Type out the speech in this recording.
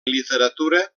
literatura